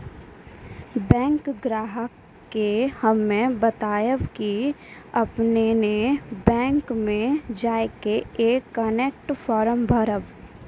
bank ग्राहक के हम्मे बतायब की आपने ने बैंक मे जय के एम कनेक्ट फॉर्म भरबऽ